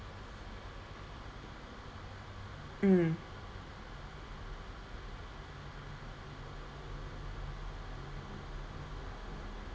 mm